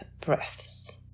breaths